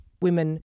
women